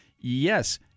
yes